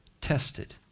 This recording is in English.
Tested